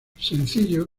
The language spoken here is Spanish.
sencillo